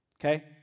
Okay